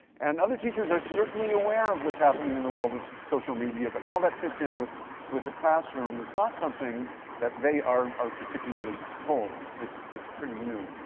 and other teachers are certainly aware of what's happening in the world of social media, but how that fits in with with the classroom is not something that they are are particularly told. it's it's pretty new.